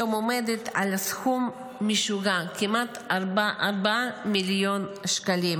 היום עומדת על סכום משוגע של כמעט 4 מיליון שקלים.